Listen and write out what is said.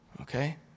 Okay